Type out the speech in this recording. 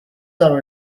are